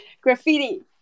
graffiti